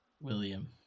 William